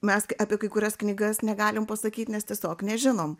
mes apie kai kurias knygas negalim pasakyt nes tiesiog nežinom